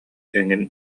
эҥин